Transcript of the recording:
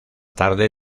tarde